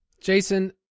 Jason